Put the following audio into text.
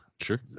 Sure